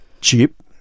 cheap